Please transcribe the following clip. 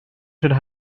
should